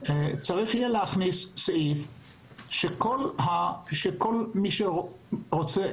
צריך להכניס סעיף לפיו כל מי שרוצה